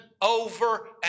over